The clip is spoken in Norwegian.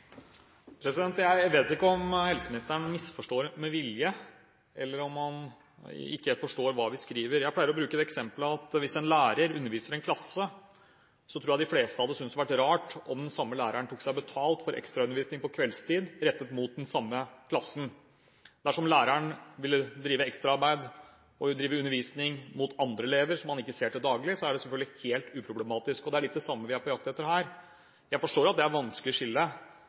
Jeg vet ikke om helseministeren misforstår med vilje, eller om han ikke helt forstår hva vi skriver. Jeg pleier å bruke det eksempelet at hvis en lærer underviser en klasse, tror jeg de fleste ville ha syntes det var rart om den samme læreren tok seg betalt for ekstraundervisning på kveldstid i den samme klassen. Dersom læreren ville drive ekstraarbeid og undervise andre elever som han ikke ser til daglig, er det selvfølgelig helt uproblematisk, og det er litt det samme vi er på jakt etter her. Jeg forstår at det er et vanskelig skille,